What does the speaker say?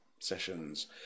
sessions